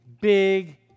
big